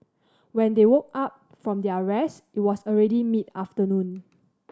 when they woke up from their rest it was already mid afternoon